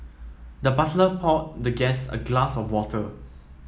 the butler poured the guest a glass of water